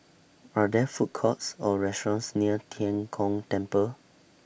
Are There Food Courts Or restaurants near Tian Kong Temple